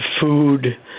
food